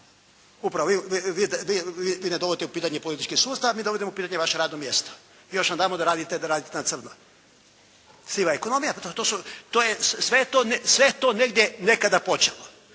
Upravo, vi ne dovodite u pitanje politički sustav, mi dovodimo u pitanje vaše radno mjesto. I još vam damo da radite na crno. Siva ekonomija. Pa to je, sve je to negdje nekada počelo,